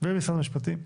ומשרד המשפטים.